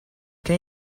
che